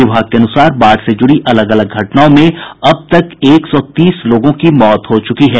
विभाग के अनुसार बाढ़ से जुड़ी अलग अलग घटनाओं में अब तक एक सौ तीस लोगों की मौत हो चुकी है